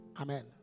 Amen